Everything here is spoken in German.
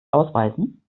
ausweisen